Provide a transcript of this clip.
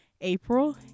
April